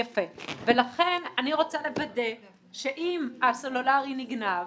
ולכן, אני רוצה לוודא שאם הסלולרי נגנב,